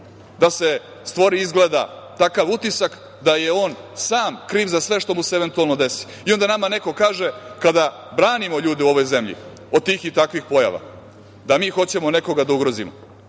da se stvori izgleda takav utisak da je on sam kriv za sve što mu se eventualno desi.I onda nama neko kaže, kada branimo ljude u ovoj zemlji od tih i takvih pojava, da mi hoćemo nekoga da ugrozimo.